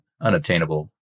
unobtainable